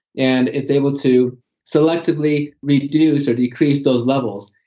and it's able to selectively reduce, or decrease, those levels.